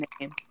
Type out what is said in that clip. name